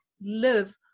live